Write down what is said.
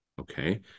okay